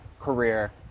career